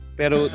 pero